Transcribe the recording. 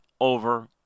over